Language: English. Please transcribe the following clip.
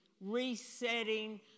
resetting